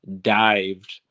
dived